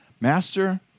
Master